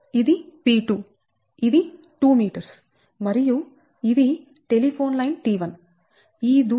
ఇది P2ఇది 2m మరియు ఇది టెలిఫోన్ లైన్ T1